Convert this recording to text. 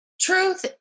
truth